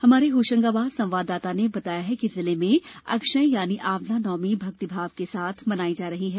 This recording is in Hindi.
हमारे होशंगाबाद संवाददाता ने बताया है कि जिले में अक्षय यानी आंवला नवमी भक्ति भाव के साथ मनाई जा रही है